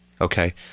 Okay